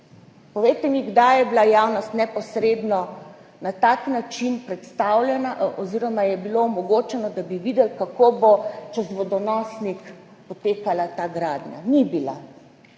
Povejte mi, kdaj je bilo javnosti neposredno na tak način predstavljeno oziroma omogočeno, da bi videli, kako bo čez vodonosnik potekala ta gradnja – ni bilo.